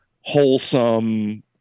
wholesome